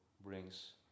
brings